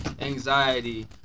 anxiety